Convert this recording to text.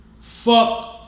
Fuck